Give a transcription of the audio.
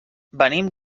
venim